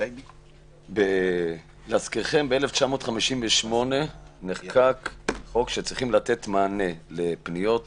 להזכירכם ב-1958 נחקק חוק שצריכים לתת מענה לפניות